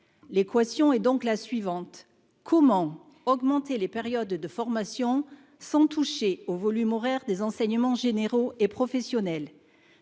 L'équation est donc la suivante : comment augmenter les périodes de formation sans toucher aux volumes horaires des enseignements généraux et professionnels ?